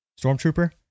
Stormtrooper